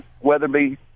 Weatherby